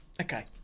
okay